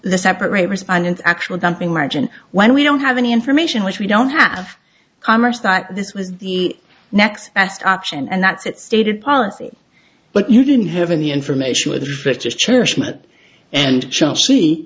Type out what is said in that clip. the separate respondent actual dumping margin when we don't have any information which we don't have commerce that this was the next best option and that's it stated policy but you didn't have any information with